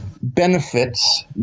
benefits